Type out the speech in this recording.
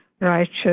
Righteous